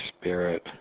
spirit